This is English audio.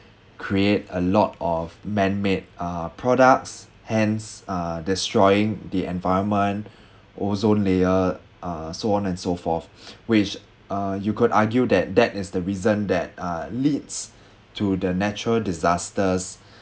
create a lot of manmade uh products hence uh destroying the environment ozone layer uh so on and so forth which uh you could argue that that is the reason that uh leads to the natural disasters